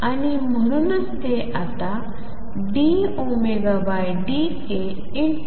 आणि म्हणूनच ते आता dωdkk0t x